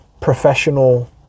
professional